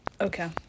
okay